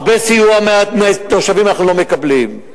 הרבה סיוע מהתושבים אנחנו לא מקבלים,